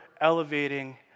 elevating